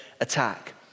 attack